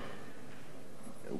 הוא כינה אותם טייקונים,